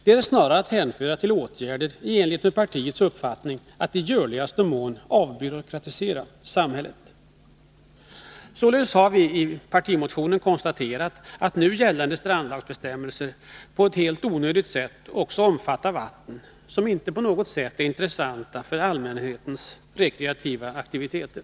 Det är snarare att hänföra till åtgärder, i enlighet Nr 49 med partiets uppfattning, i syfte att i görligaste mån avbyråkratisera Tisdagen den samhället. Således har vi i partimotionen konstaterat att nu gällande 14 december 1982 strandlagsbestämmelser på ett helt onödigt sätt också omfattar vatten som inte är intressanta för allmänhetens rekreativa aktiviteter.